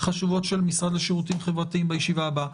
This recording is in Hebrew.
החשובות של המשרד לשירותים חברתיים בישיבה הבאה.